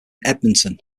edmonton